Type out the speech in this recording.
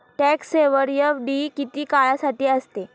Tax saver FD किती काळासाठी असते?